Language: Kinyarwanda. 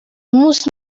munsi